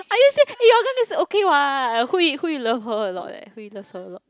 are you se~ your gonna say okay [what] who you who you love her a lot leh who you loves her a lot